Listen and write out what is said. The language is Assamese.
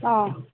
অঁ